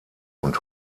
und